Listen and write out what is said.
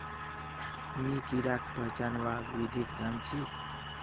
मी कीडाक पहचानवार विधिक जन छी